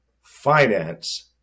finance